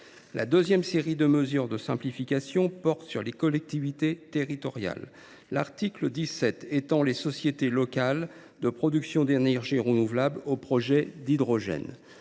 La deuxième série de mesures de simplification porte sur les collectivités territoriales. L’article 17 étend les sociétés locales de production d’énergie renouvelable aux projets d’hydrogène.